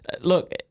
Look